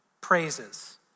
praises